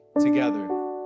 together